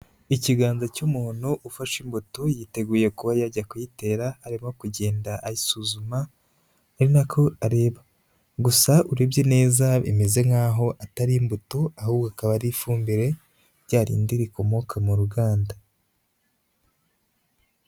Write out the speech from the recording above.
Ikiganza cy'umuntu ufashe imbuto yiteguye kuba yajya kuyitera, arimo kugenda ayisuzuma, ari nako areba, gusa urebye neza bimeze nk'aho atari imbuto, ahubwo akaba ari ifumbire, rya rindi rikomoka mu ruganda.